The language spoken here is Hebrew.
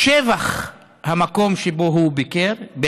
בשבח המקום שבו הוא ביקר בו,